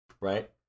right